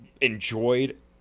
enjoyed